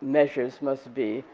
measures must be